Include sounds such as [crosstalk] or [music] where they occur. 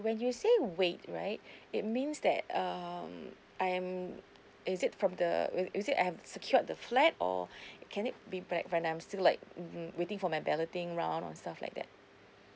when you say wait right [breath] it means that um I am is it from the uh is it I have secured the flat or [breath] can it be like when I'm still like mm waiting for my balloting round or stuff like that